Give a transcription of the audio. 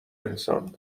انسان